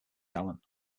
gallen